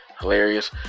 hilarious